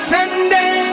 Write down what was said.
Sunday